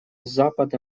запада